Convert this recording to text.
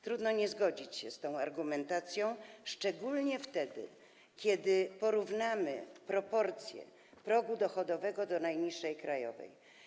Trudno nie zgodzić się z tą argumentacją, szczególnie wtedy kiedy porównamy proporcje progu dochodowego do najniższej krajowej.